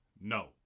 no